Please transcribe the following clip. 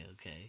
Okay